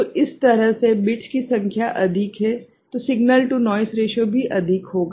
तो इस तरह से बिट्स की संख्या अधिक है तो सिग्नल टू नोइस रेशिओ भी अधिक होगा